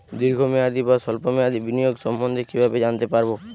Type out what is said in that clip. দীর্ঘ মেয়াদি বা স্বল্প মেয়াদি বিনিয়োগ সম্বন্ধে কীভাবে জানতে পারবো?